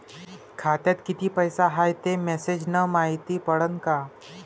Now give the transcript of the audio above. खात्यात किती पैसा हाय ते मेसेज न मायती पडन का?